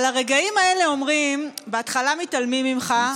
על הרגעים האלה אומרים: בהתחלה מתעלמים ממך,